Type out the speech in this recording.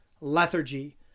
lethargy